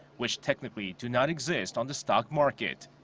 which technically do not exist on the stock market.